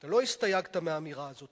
אתה לא הסתייגת מהאמירה הזאת,